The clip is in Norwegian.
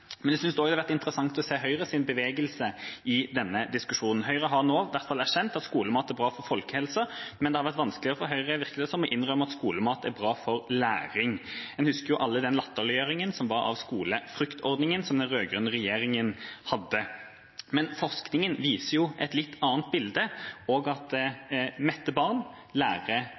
Men jeg synes også det har vært interessant å se Høyres bevegelse i denne diskusjonen. Høyre har nå i hvert fall erkjent at skolemat er bra for folkehelsa, men det har vært vanskeligere for Høyre, virker det som, å innrømme at skolemat er bra for læring. En husker jo alle den latterliggjøringen som var av skolefruktordningen, som den rød-grønne regjeringa hadde. Men forskningen viser et litt annet bilde, at mette barn lærer